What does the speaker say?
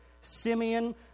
Simeon